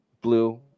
blue